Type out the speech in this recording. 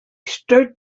stood